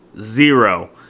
Zero